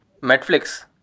Netflix